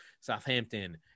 Southampton